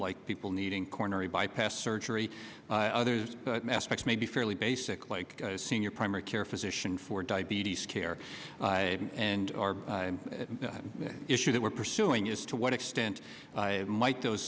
like people needing coronary bypass surgery others aspects may be fairly basic like senior primary care physician for diabetes care and our issue that we're pursuing is to what extent might those